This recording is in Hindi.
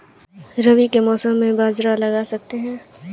रवि के मौसम में बाजरा लगा सकते हैं?